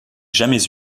jamais